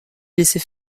laissait